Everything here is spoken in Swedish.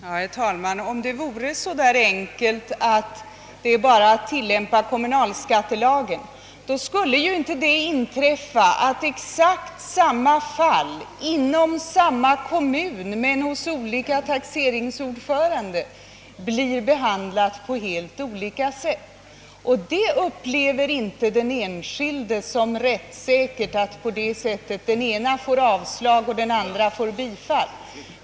Herr talman! Om det vore så enkelt att man bara behövde tillämpa kommunalskattelagen skulle det inte inträffa att exakt likadana fall i samma kommun men med olika taxeringsordförande blir behandlade på olika sätt. Den enskilde upplever det inte som rättssäkert när den ene får avslag och den andre bifall.